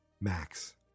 Max